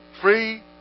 Free